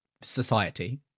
society